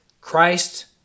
Christ